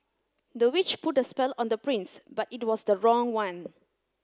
the witch put a spell on the prince but it was the wrong one